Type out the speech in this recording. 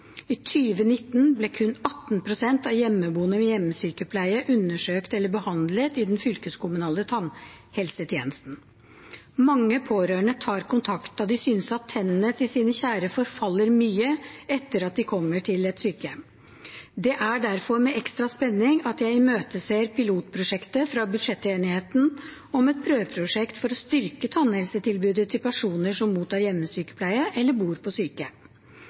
I 2019 ble kun 18 pst. av hjemmeboende med hjemmesykepleie undersøkt eller behandlet i den fylkeskommunale tannhelsetjenesten. Mange pårørende tar kontakt da de synes at tennene til sine kjære forfaller mye etter at de kommer på sykehjem. Det er derfor med ekstra spenning at jeg imøteser pilotprosjektet fra budsjettenigheten om et prøveprosjekt for å styrke tannhelsetilbudet til personer som mottar hjemmesykepleie eller bor på sykehjem.